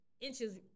inches